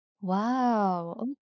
Wow